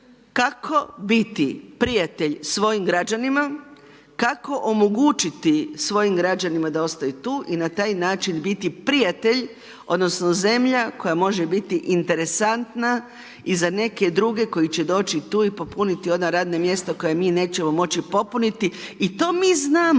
kako biti prijatelj svojim građanima, kako omogućiti svojim građanima da ostaju tu i na taj način biti prijatelj odnosno zemlja koja može biti interesantna i za neke druge koji će doći tu i popuniti ona radna mjesta koja mi nećemo moći popuniti i to mi znamo,